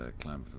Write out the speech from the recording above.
climate